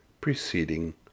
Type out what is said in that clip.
preceding